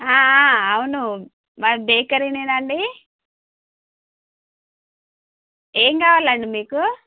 అవును మాది బేకరీ నేనండి ఏం కావాలండి మీకు